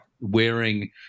wearing